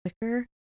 quicker